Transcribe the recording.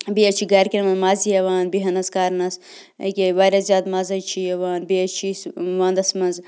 بیٚیہِ حظ چھِ گَرکٮ۪ن منٛز مَزٕ یِوان بیٚہنَس کَرنَس ییٚکیٛاہ واریاہ زیادٕ مَزٕ حظ چھِ یِوان بیٚیہِ حظ چھِ أسۍ وَنٛدَس منٛز